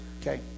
Okay